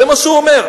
זה מה שהוא אומר.